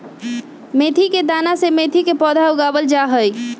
मेथी के दाना से मेथी के पौधा उगावल जाहई